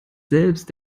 selbst